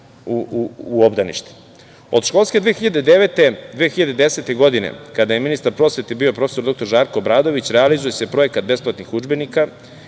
u obdanište. Od školske 2009/2010. godine, kada je ministar prosvete bio ministar dr Žarko Obradović, realizuje se Projekat besplatnih udžbenika